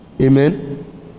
amen